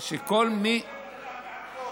איזה סמכות?